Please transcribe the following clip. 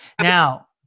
Now